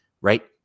right